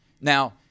now